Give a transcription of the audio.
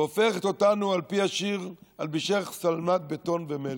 והופכת אותנו, על פי השיר: נלבישך שלמת בטון ומלט.